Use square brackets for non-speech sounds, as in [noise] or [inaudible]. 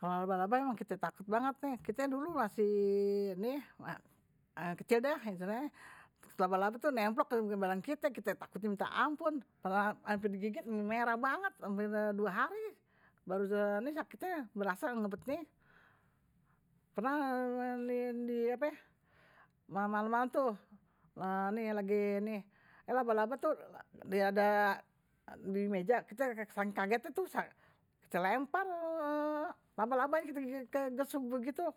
kalo laba-laba memang kite takut banget. Kite dulu masih kecedah. Setelah laba-laba tu nemprok dibadan kite. Kite takut minta ampun. ampe gigit merah banget, hampir dua hari. [hesitation] sakitnya berasa ngebet. Pernah malam-malam tu lagi ini. Laba-laba tu ada di meja. Kite kagetnya tuh. Kite lempar laba-labany kite gesuh begitu.